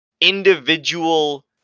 individual